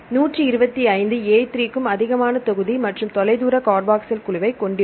125 Å3 க்கும் அதிகமான தொகுதி மற்றும் தொலைதூர கார்பாக்சைல் குழுவைக் கொண்டிருக்கும்